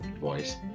voice